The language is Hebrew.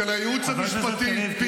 של היועץ המשפטי ------ חבר הכנסת קריב,